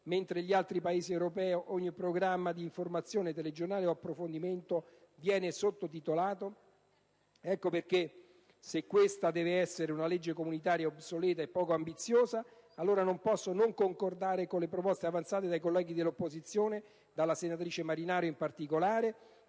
mentre negli altri Paesi europei ogni programma di informazione, telegiornale o approfondimento viene sottotitolato? Ecco perché, se questa deve essere una legge comunitaria obsoleta e poco ambiziosa, allora non posso non concordare con le proposte avanzate dai colleghi dell'opposizione (dalla senatrice Marinaro in particolare,